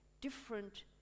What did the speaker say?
different